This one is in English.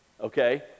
okay